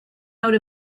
out